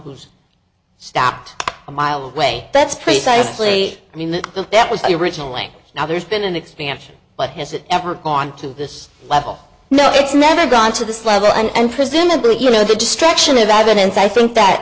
who's stopped a mile away that's precisely i mean that was the original link now there's been an expansion but has it ever gone to this level no it's never gone to this level and presumably you know the destruction of evidence i think that